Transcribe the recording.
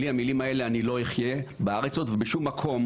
בלי המילים האלה אני לא אחיה בארץ ובשום מקום,